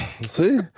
see